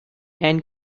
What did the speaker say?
and